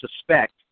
suspect